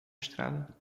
estrada